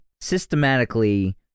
systematically